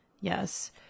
Yes